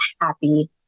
happy